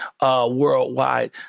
worldwide